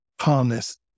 harness